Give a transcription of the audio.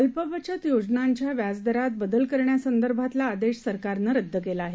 अल्प बचत योजनांच्या व्याजदरात बदल करण्यासंदर्भातला आदेश सरकारनं रद्द केला आहे